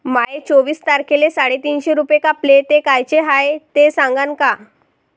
माये चोवीस तारखेले साडेतीनशे रूपे कापले, ते कायचे हाय ते सांगान का?